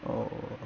oh